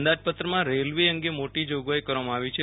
અંદાજપત્રમાં રેલ્વે અંગે મોટી જોગવાઈ કરવામાં આવી છે